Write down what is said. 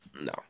No